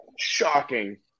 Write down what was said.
shocking